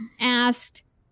asked